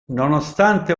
nonostante